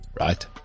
right